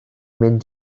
mynd